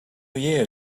year